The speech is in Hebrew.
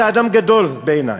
אתה אדם גדול בעיני,